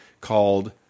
called